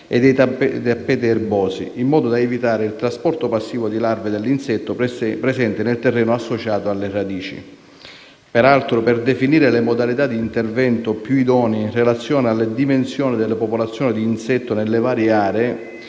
e dei tappeti erbosi, in modo da evitare il trasporto passivo di larve dell'insetto presenti nel terreno associato alle radici. Peraltro, per definire le modalità di intervento più idonee in relazione alle dimensioni delle popolazioni di insetto nelle varie aree,